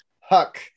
Huck